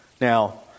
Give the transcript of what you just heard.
Now